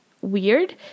weird